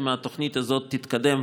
אם התוכנית הזאת תתקדם,